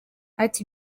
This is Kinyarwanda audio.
ati